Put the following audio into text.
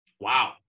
Wow